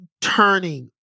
turning